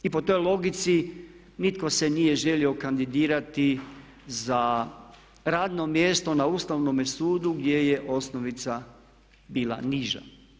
I po toj logici nitko se nije želio kandidirati za radno mjesto na Ustavnome sudu gdje je osnovica bila niža.